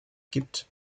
gibt